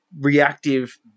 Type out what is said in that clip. reactive